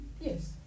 Yes